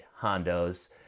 hondos